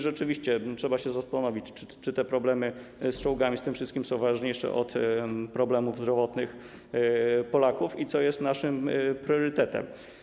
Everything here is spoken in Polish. Rzeczywiście trzeba się zastanowić, czy problemy związane z czołgami i z tym wszystkim są ważniejsze od problemów zdrowotnych Polaków i co jest naszym priorytetem.